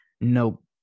nope